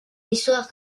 histoire